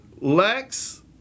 Lex